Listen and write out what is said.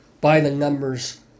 by-the-numbers